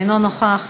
אינו נוכח,